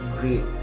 great